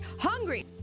hungry